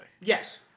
Yes